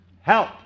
Help